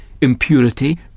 impurity